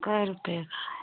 कितने रुपये का है